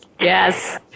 Yes